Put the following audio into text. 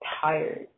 tired